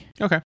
okay